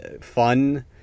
fun